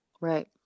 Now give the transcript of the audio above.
right